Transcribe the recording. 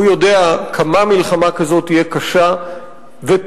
והוא יודע כמה מלחמה כזאת תהיה קשה ופוגעת,